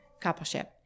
coupleship